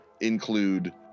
include